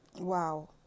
wow